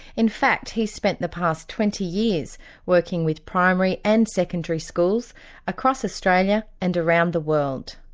in fact, he's spent the past twenty years working with primary and secondary schools across australia and around the world.